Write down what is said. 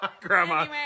Grandma